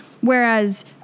Whereas